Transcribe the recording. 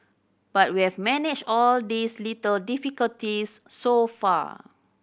but we have managed all these little difficulties so far